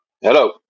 hello